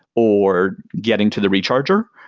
or getting to the recharger,